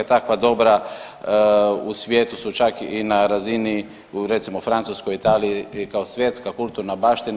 Takva dobra u svijetu su čak i na razini recimo u Francuskoj i Italiji kao svjetska kulturna baština.